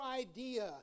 idea